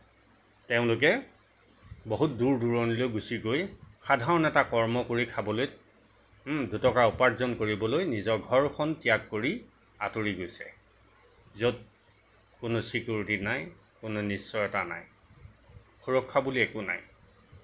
তেওঁলোকে বহুত দূৰ দুৰণিলৈ গুচি গৈ সাধাৰণ এটা কৰ্ম কৰি খাবলৈ দুটকা উপাৰ্জন কৰিবলৈ নিজৰ ঘৰখন ত্যাগ কৰি আঁতৰি গৈছে য'ত কোনো চিক'ৰিটি নাই কোনো নিশ্চয়তা নাই সুৰক্ষা বুলি একো নাই